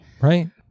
right